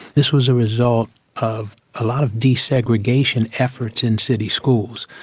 this was a result of a lot of desegregation efforts in city schools.